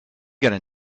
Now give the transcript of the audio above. going